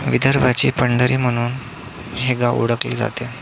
विदर्भाची पंढरी म्हणून हे गाव ओळखले जाते